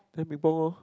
then ping pong lor